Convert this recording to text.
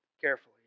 carefully